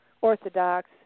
Orthodox